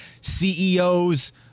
CEOs